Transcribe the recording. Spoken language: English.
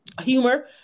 humor